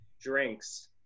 drinks